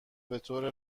بطور